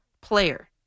player